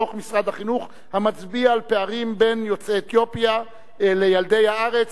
דוח משרד החינוך המצביע על פערים בין יוצאי אתיופיה לילידי הארץ.